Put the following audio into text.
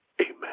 Amen